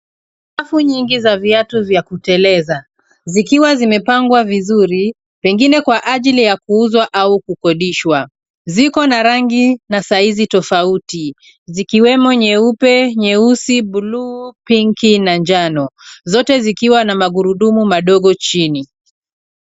Safu nyingi za viatu za kuteleza, zikiwa zimepangwa vizuri, pengine kwa ajili ya kuuzwa, au kukodishwa. Ziko na rangi, na saizi tofauti, zikiwemo nyeupe, nyeusi, bluu, pinki, na njano. Zote zikiwa na magurudumu madogo chini.